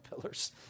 pillars